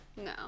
No